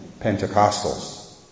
Pentecostals